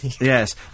Yes